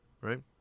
right